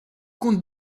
comptes